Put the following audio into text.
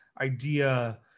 idea